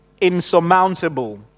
insurmountable